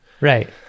right